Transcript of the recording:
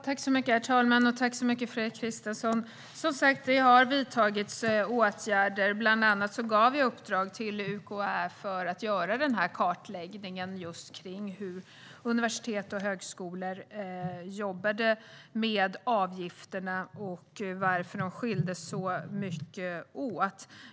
Herr talman! Vi har som sagt vidtagit åtgärder. Bland annat gav jag UKÄ i uppdrag att göra kartläggningen av hur universitet och högskolor jobbade med avgifterna och varför dessa skilde sig så mycket åt.